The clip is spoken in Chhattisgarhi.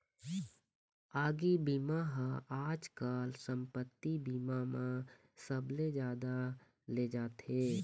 आगी बीमा ह आजकाल संपत्ति बीमा म सबले जादा ले जाथे